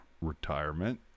Retirement